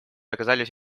оказались